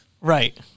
Right